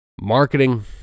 Marketing